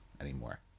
anymore